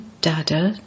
Dada